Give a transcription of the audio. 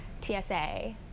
TSA